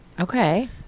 Okay